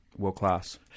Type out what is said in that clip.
world-class